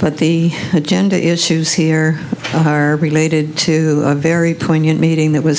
but the agenda issues here are related to a very poignant meeting that was